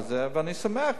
ואני שמח,